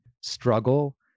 struggle